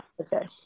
okay